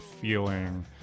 feeling